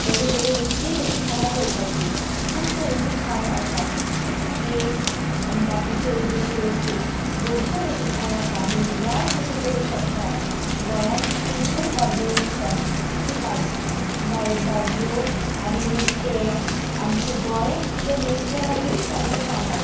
बरी बरी रुचीक अशीं खाणां करून दिवपाची खूब तरेची खाण आसा की आनी बाकीची जशी वस्तू भरपूर अशी खाणां आसा आमी जाय तशी करूंक शकता गोंयां कितल्योय भाजी विकता त्यो भाज भाजयो आनी नुस्तें आमची गोंय तर नुस्त्या खातीर सामकें फामाद